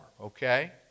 okay